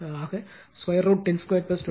ஆக √102 202